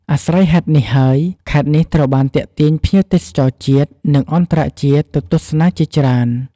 អាស្រ័យហេតុនេះហើយ ខេត្តនេះត្រូវបានទាក់ទាញភ្ញៀវទេសចរជាតិ និងអន្តរជាតិទៅទស្សនាជាច្រើន។